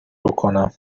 بکنم